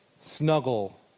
snuggle